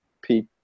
peak